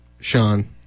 Sean